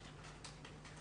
השכלה.